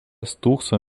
stūkso